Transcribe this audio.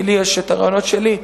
כי לי יש הרעיונות שלי,